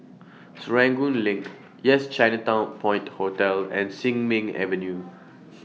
Serangoon LINK Yes Chinatown Point Hotel and Sin Ming Avenue